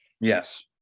yes